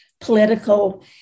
political